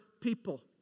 people